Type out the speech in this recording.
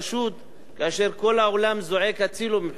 כאשר כל העולם זועק הצילו מבחינה כלכלית,